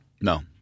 No